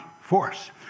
force